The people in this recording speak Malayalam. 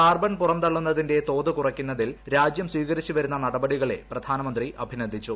കാർബൺ പുറംതള്ളുന്നതിന്റെ തോത് കുറയ്ക്കുന്നതിൽ രാജ്യം സ്വീകരിച്ചുവരുന്ന നടപടികളെ പ്രധാനമന്ത്രി അഭിനന്ദിച്ചു